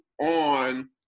on